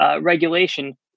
regulation